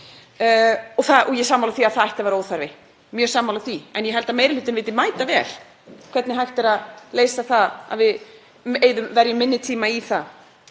Ég er sammála því að það ætti að vera óþarfi, mjög sammála því. En ég held að meiri hlutinn viti mætavel hvernig hægt er að leysa það þannig að við verjum minni tíma í